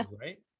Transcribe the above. right